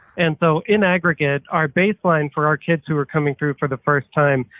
and so in aggregate, our baseline for our kids who were coming through for the first time,